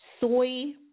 Soy